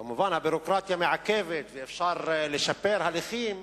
כמובן, הביורוקרטיה מעכבת ואפשר לשפר הליכים,